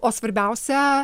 o svarbiausia